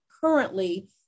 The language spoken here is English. currently